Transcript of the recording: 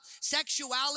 Sexuality